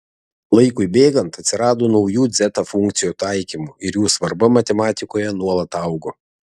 laikui bėgant atsirado naujų dzeta funkcijų taikymų ir jų svarba matematikoje nuolat augo